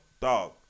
dog